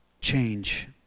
change